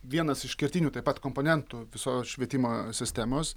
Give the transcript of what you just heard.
vienas iš kertinių taip pat komponentų visos švietimo sistemos